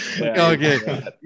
okay